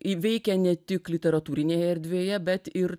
ji veikia ne tik literatūrinėje erdvėje bet ir